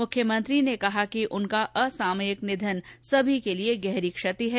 मुख्यमंत्री ने कहा कि उनका असामयिक निधन सभी के लिए गहरी क्षति है